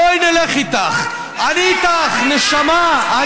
בואי, נלך איתך, אני איתך, נשמה.